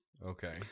okay